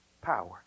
power